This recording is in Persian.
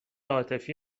عاطفی